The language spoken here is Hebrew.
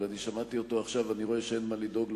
אבל שמעתי אותו עכשיו ואני רואה שאין מה לדאוג,